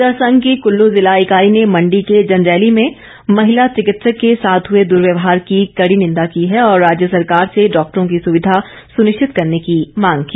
इधर संघ की कुल्लू जिला इकाई ने मंडी के जंजैहली में महिला चिकित्सक के साथ हुए दुर्व्यवहार की कड़ी निंदा की है और राज्य सरकार से डॉक्टरों की सुरक्षा सुनिश्चित करने की मांग की